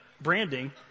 branding